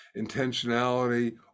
intentionality